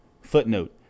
Footnote